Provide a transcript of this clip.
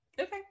okay